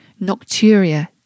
nocturia